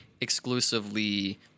exclusively